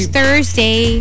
Thursday